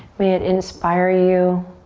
may it inspire you.